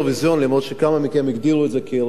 למרות שכמה מכם הגדירו את זה כאירוויזיון,